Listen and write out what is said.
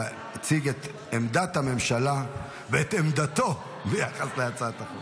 להציג את עמדת הממשלה ואת עמדתו ביחס להצעת החוק.